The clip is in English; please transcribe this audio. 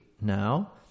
now